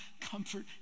comfort